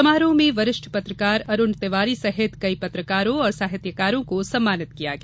समारोह में वरिष्ठ पत्रकार अरूण तिवारी सहित कई पत्रकारों और साहित्यकारों को सम्मानित किया गया